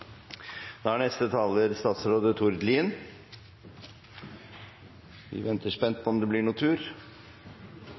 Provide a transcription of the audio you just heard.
Da er neste taler statsråd Tord Lien. Vi venter spent